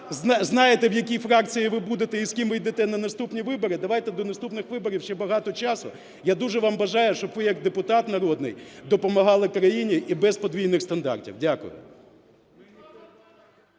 знаєте, в якій фракції ви будете і з ким ви йдете на наступні вибори. Давайте, до наступних виборів ще багато часу. Я дуже вам бажаю, щоб ви, як депутат народний, допомагали країні і без подвійних стандартів. Дякую.